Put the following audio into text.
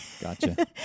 Gotcha